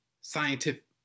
scientific